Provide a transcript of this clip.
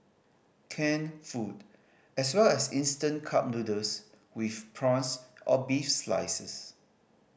canned food as well as instant cup noodles with prawns or beef slices